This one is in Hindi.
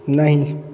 नहीं